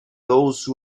those